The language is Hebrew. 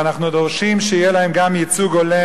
ואנחנו דורשים שיהיה גם להם ייצוג הולם.